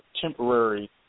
temporary